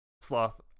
sloth